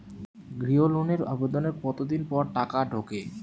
গৃহ লোনের আবেদনের কতদিন পর টাকা ঢোকে?